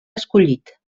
escollit